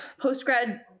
post-grad